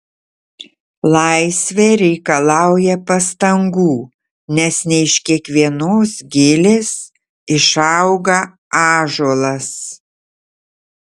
laisvė reikalauja pastangų nes ne iš kiekvienos gilės išauga ąžuolas